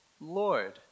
Lord